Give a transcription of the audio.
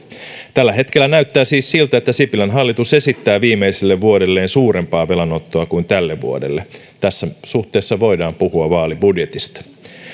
tällä hetkellä näyttää siis siltä että sipilän hallitus esittää viimeiselle vuodelleen suurempaa velanottoa kuin tälle vuodelle tässä suhteessa voidaan puhua vaalibudjetista